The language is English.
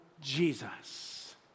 Jesus